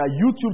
YouTube